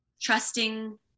trusting